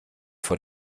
vor